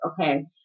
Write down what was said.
okay